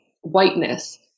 whiteness